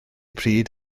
pryd